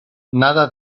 nada